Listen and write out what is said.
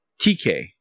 TK